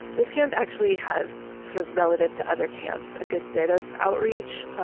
this camp actually has, sort of relative to other camps, a good bit of outreach. ah